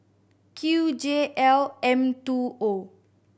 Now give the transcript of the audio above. Q J L M two O